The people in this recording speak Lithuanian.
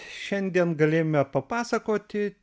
šiandien galėjome papasakoti